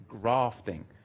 grafting